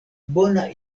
bona